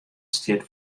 stiet